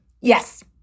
Yes